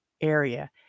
area